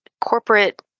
corporate